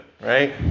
right